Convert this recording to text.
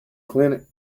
clinic